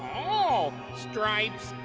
oh, stripes.